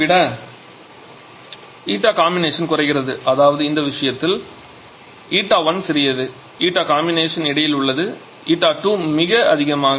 η2 விட ηComb குறைகிறது அதாவது இந்த விஷயத்தில் η1 சிறியது ηComb இடையில் உள்ளது மற்றும் η2 மிக அதிகம்